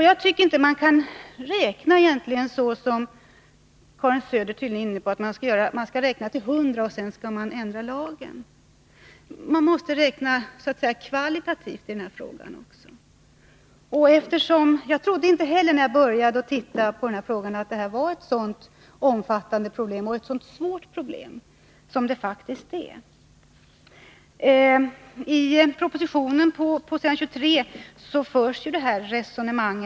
Jag tycker inte att man kan resonera så som Karin Söder gör, vilket innebär att man skall räkna till hundra, och därefter skall man ändra lagen. Man måste så att säga se också kvalitativt på den här frågan. När jag började studera den trodde jag inte att detta var ett sådant omfattande och svårt problem som det faktiskt är. I propositionen på s. 23 förs samma resonemang.